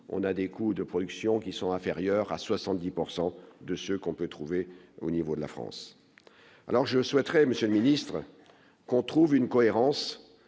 on a des coûts de production qui sont inférieurs à 70 pourcent de ce qu'on peut trouver au niveau de la France, alors je souhaiterais, Monsieur le ministre, qu'on trouve une cohérence